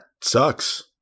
sucks